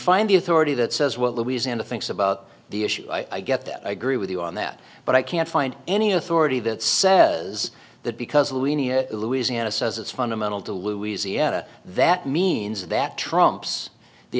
find the authority that says well louisiana thinks about the issue i get that i agree with you on that but i can't find any authority that says that because of louisiana says it's fundamental to louisiana that means that trumps the